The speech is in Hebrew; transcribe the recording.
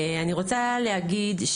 אני רוצה להגיד,